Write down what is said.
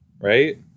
Right